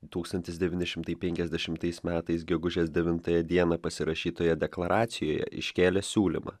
tūkstantis devyni šimtai penkiasdešimtais metais gegužės devintąją dieną pasirašytoje deklaracijoje iškėlė siūlymą